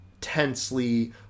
tensely